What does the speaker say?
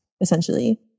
essentially